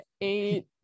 eight